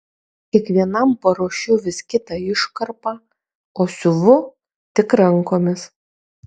kiekvienam paruošiu vis kitą iškarpą o siuvu tik rankomis